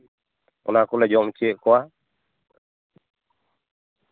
ᱚᱱᱟ ᱠᱚᱞᱮ ᱡᱚᱢ ᱚᱪᱚᱭᱮᱫ ᱠᱚᱣᱟ